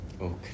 okay